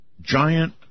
giant